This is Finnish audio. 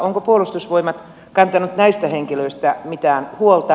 onko puolustusvoimat kantanut näistä henkilöistä mitään huolta